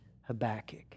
Habakkuk